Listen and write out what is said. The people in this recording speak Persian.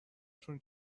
شون